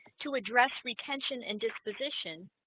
to address retention and disposition